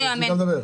Hear hear.